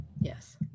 Yes